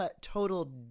total